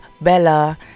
bella